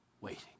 waiting